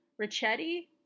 Ricchetti